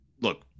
look